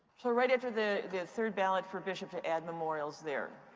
so right after the the third ballot for bishop to add memorials there,